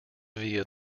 via